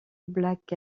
black